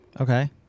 Okay